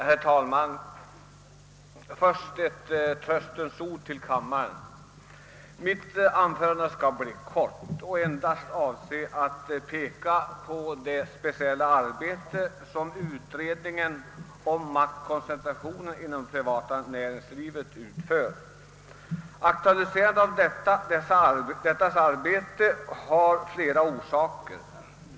Herr talman! Först ett tröstens ord till kammarens ledamöter: mitt anförande skall bli kort. Jag har endast för avsikt att peka på det speciella arbete som utredningen om maktkoncentrationen inom det privata näringslivet utgör. Aktualiserandet av det arbetet har flera orsaker.